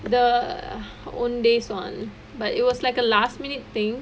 the Owndays [one] but it was like a last minute thing